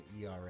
ERA